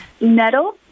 Nettle